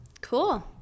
Cool